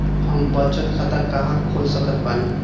हम बचत खाता कहां खोल सकत बानी?